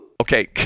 Okay